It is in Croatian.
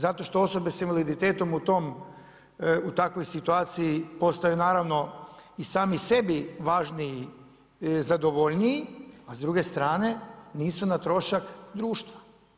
Zato što osobe s invaliditetom u takvoj situaciji postaju naravno i sami sebi važniji, zadovoljniji, a s druge strane nisu na trošak društva.